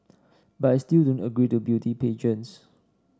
but I still don't agree to beauty pageants